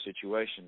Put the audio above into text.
situation